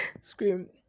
scream